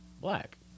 black